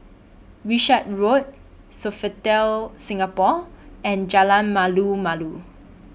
Wishart Road Sofitel Singapore and Jalan Malu Malu